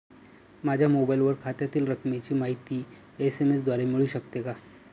माझ्या मोबाईलवर खात्यातील रकमेची माहिती एस.एम.एस द्वारे मिळू शकते का?